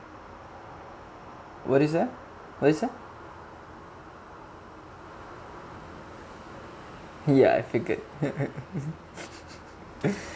what did you say what did you say ya I figured